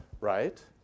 right